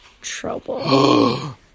trouble